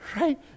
Right